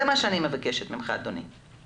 זה מה שאני מבקשת ממך אדוני לקבל.